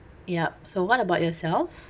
yup so what about yourself